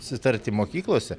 sutarti mokyklose